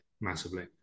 massively